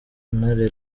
ntare